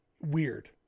weird